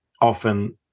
often